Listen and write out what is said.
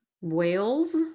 Wales